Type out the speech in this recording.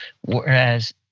whereas